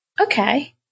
okay